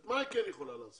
את מה היא יכולה לעשות?